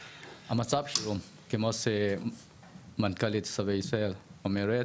מצב החירום, כמו שמנכ"לית שבי ישראל אומרת